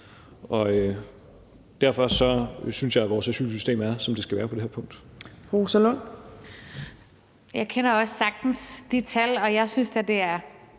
Derfor synes jeg, at vores asylsystem er, som skal være, på det her punkt.